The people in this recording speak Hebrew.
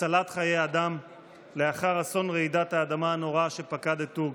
הצלת חיי אדם לאחר אסון רעידת האדמה הנורא שפקד את טורקיה.